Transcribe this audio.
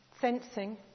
sensing